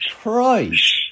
Christ